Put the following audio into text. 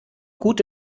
gute